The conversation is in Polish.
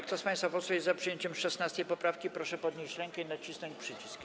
Kto z państwa posłów jest za przyjęciem 16. poprawki, proszę podnieść rękę i nacisnąć przycisk.